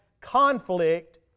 conflict